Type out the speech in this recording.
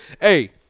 Hey